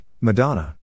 Madonna